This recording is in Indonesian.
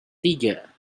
tiga